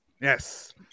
Yes